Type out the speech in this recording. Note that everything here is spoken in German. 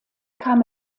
kam